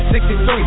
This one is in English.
63